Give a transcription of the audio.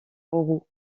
roux